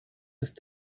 ist